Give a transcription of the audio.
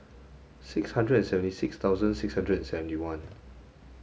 six hundred and seventy six thousand six hundred seventy one